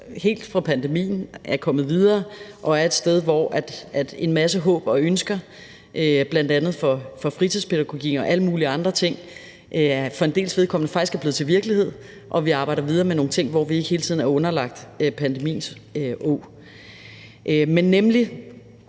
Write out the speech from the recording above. helt fra pandemien, er kommet videre og er et sted, hvor en masse håb og ønsker, bl.a. for fritidspædagogikken og alle mulige andre ting, for en dels vedkommende faktisk er blevet til virkelighed, og at vi arbejder videre med nogle ting, hvor vi ikke hele tiden er under pandemiens åg.